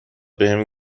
بهم